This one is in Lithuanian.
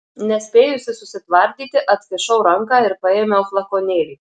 nespėjusi susitvardyti atkišau ranką ir paėmiau flakonėlį